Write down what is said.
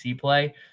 play